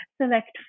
select